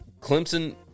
Clemson